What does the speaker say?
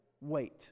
wait